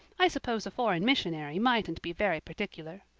i suppose a foreign missionary mightn't be very particular.